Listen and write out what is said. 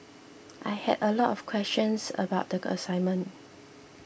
I had a lot of questions about the assignment